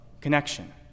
connection